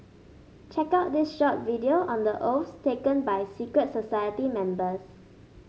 check out this short video on the oaths taken by secret society members